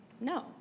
No